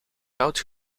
koud